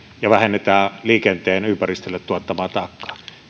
ja vähennetään liikenteen ympäristölle tuottamaa taakkaa